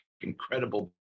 incredible